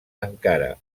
encara